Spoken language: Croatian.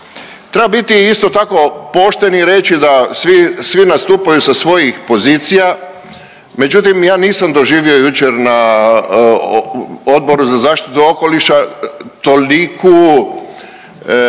Treba biti isto tako pošten i reći da svi nastupaju sa svojih pozicija, međutim ja nisam doživio jučer na Odboru za zaštitu okoliša toliku,